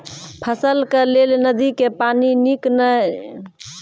फसलक लेल नदी के पानि नीक हे छै या बोरिंग के बताऊ?